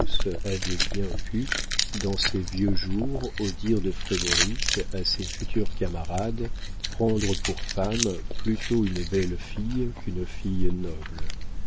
avait bien pu dans ses vieux jours au dire de frédéric à ses futurs camarades prendre pour femme plutôt une belle fille qu'une fille noble